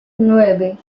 nueve